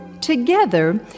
Together